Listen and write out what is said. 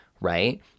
right